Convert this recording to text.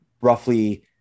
roughly